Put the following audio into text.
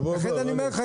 לכן אני אומר לך,